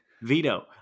veto